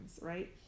right